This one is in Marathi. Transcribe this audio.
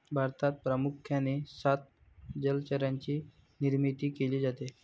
भारतात प्रामुख्याने सात जलचरांची निर्मिती केली जाते